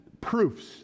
proofs